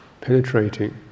penetrating